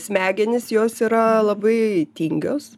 smegenys jos yra labai tingios